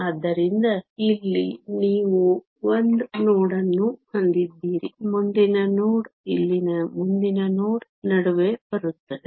ಆದ್ದರಿಂದ ಇಲ್ಲಿ ನೀವು 1 ನೋಡ್ ಅನ್ನು ಹೊಂದಿದ್ದೀರಿ ಮುಂದಿನ ನೋಡ್ ಇಲ್ಲಿ ಮುಂದಿನ ನೋಡ್ ನಡುವೆ ಬರುತ್ತದೆ